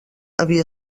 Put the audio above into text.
havia